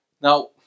Now